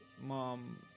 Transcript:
mom